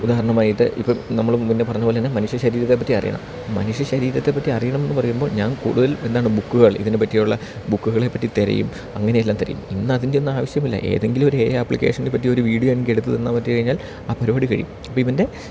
ഉദാഹണമായിട്ട് ഇപ്പം നമ്മൾ മുന്നേ പറഞ്ഞത് പോലെ തന്നെ മനുഷ്യശരീരത്തെപ്പറ്റി അറിയണം മനുഷ്യശരീരത്തെപ്പറ്റി അിയണം എന്ന് പറയുമ്പോൾ ഞാൻ കൂടുതൽ എന്താണ് ബുക്കുകൾ ഇതിനെ പറ്റിയുള്ള ബുക്കുകളെപറ്റി തിരയും അങ്ങനെയെല്ലാം തിരയും ഇന്നതിൻ്റെ ഒന്നും ആവശ്യമില്ല ഏതങ്കിലും ഒരു എ ഐ ആപ്ലിക്കേഷനെ പറ്റി ഒരു വീഡിയോ എനിക്ക് എടുത്ത് തന്നാൽ പറ്റി കഴിഞ്ഞാൽ ആ പരിപാടി കഴിയും അപ്പം ഇവൻ്റെ